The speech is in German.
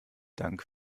dank